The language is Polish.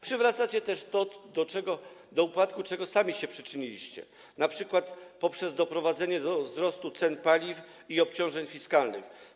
Przywracacie też to, do upadku czego sami się przyczyniliście, np. poprzez doprowadzenie do wzrostu cen paliw i obciążeń fiskalnych.